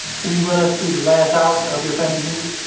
can you run us through the last hour of your family visit?